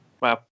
Wow